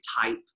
type